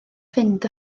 fynd